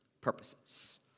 purposes